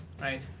right